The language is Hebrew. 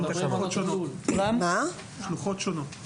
שלוחות שונות.